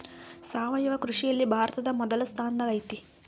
ಸಾವಯವ ಕೃಷಿಯಲ್ಲಿ ಭಾರತ ಮೊದಲ ಸ್ಥಾನದಾಗ್ ಐತಿ